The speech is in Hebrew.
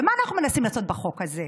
ומה אנחנו מנסים לעשות בחוק הזה?